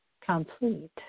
complete